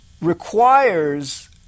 requires